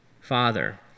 Father